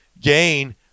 gain